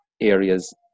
areas